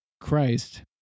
Christ